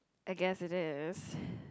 I guessed it is